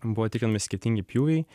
buvo tikrinami skirtingi pjūviai